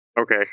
Okay